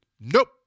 Nope